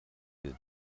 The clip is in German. will